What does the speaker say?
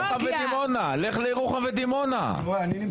הוא רואה מה קורה בירוחם, בדימונה, בבאר שבע.